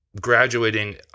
graduating